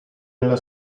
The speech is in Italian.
nella